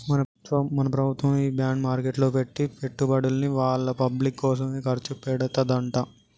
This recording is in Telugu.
మన ప్రభుత్వము ఈ బాండ్ మార్కెట్లో పెట్టి పెట్టుబడుల్ని వాళ్ళ పబ్లిక్ కోసమే ఖర్చు పెడతదంట